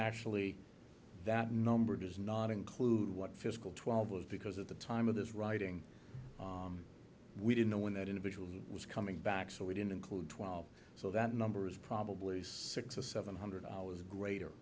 actually that number does not include what fiscal twelve was because at the time of this writing we didn't know when that individual was coming back so we didn't include twelve so that number is probably six or seven hundred dollars greater